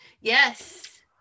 yes